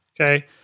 Okay